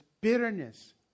bitterness